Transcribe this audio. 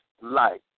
life